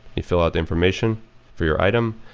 you fill out the information for your item,